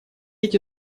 эти